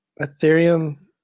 Ethereum